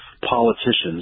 politicians